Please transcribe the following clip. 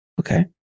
okay